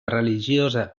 religiosa